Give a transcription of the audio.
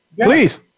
Please